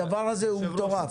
הדבר הזה הוא מטורף.